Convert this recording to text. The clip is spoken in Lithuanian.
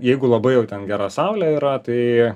jeigu labai jau ten gera saulė yra tai